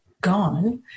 gone